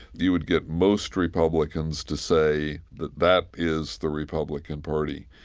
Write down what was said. you would get most republicans to say that that is the republican party.